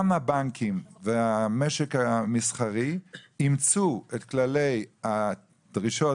גם הבנקים והמשק המסחרי אימצו את הדרישות